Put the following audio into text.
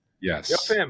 yes